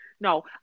No